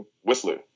Whistler